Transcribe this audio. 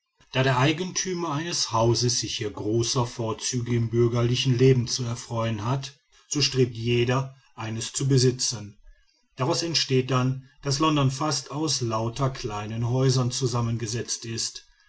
da der eigentümer eines hauses sich hier großer vorzüge im bürgerlichen leben zu erfreuen hat so strebt jeder eines zu besitzen daraus entsteht dann daß london fast aus lauter kleinen häusern zusammengesetzt ist